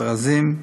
ברזים,